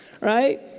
Right